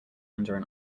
under